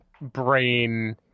brain